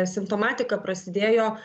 simptomatika prasidėjo